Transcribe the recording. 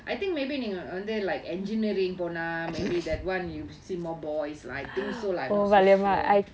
I think maybe நீங்க வந்து:neenga vanthu like engineering போனா:ponaa maybe that [one] you see more boys lah I think so lah I'm not so sure